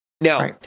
Now